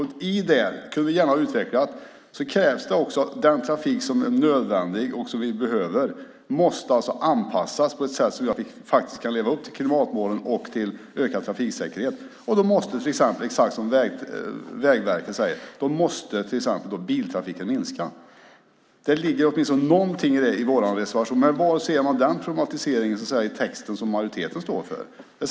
Vi kunde gärna ha utvecklat att det krävs den trafik som är nödvändig och som måste anpassas på ett sätt så att vi kan leva upp till klimatmålen och till ökad trafiksäkerhet. Men exakt som Vägverket säger måste biltrafiken minska. Det ligger åtminstone något i vår reservation. Men var syns den problematiseringen i majoritetens text?